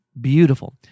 beautiful